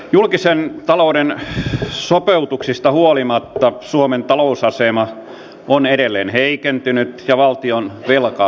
julkisen talouden sopeutuksista huolimatta suomen talousasema on edelleen heikentynyt ja valtion velka on kasvanut